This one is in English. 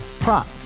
Prop